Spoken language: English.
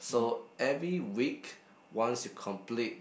so every week once you complete